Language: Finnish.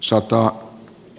sota